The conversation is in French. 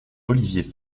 olivier